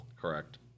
Correct